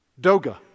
Doga